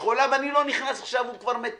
שיכולה ואני לא נכנס עכשיו אם החקלאי בטורקיה כבר מתאם,